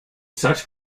such